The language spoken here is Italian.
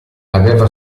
aveva